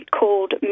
called